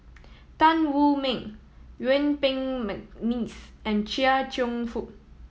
Tan Wu Meng Yuen Peng McNeice and Chia Cheong Fook